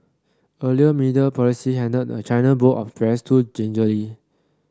earlier media policy handled the China bowl of the press too gingerly